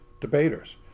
debaters